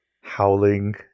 howling